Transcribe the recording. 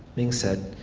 ming said,